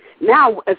Now